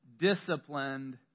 disciplined